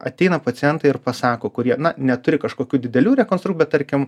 ateina pacientai ir pasako kurie na neturi kažkokių didelių rekonstru bet tarkim